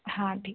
हाँ ठीक है